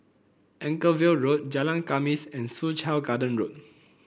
Anchorvale Road Jalan Khamis and Soo Chow Garden Road